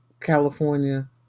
California